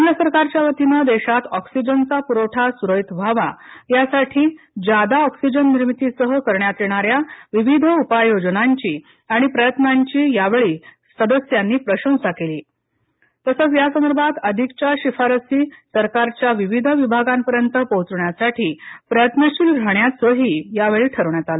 केंद्र सरकारच्या वतीन देशात ऑक्सिजनचा पुरवठा सुरळीत व्हावा यासाठी ज्यादा ऑक्सिजन निर्मितीसह करण्यात येणाऱ्या विविध उपायोजनांची आणि प्रयत्नांची यावेळी सदस्यांनी प्रशंसा केली तसच यासंदर्भात अधिकच्या शिफारसी सरकारच्या विविध विभागांपर्यंत पोहचवण्यासाठी प्रयत्नशील राहण्याचं ही यावेळी ठरवण्यात आलं